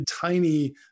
tiny